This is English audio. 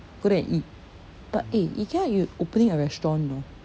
go there and eat but eh ikea you opening a restaurant you know